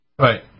Right